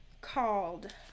called